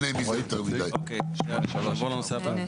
נעבור לנושא הבא?